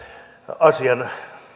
asian